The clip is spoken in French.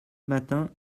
matins